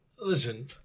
Listen